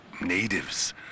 natives